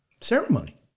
ceremony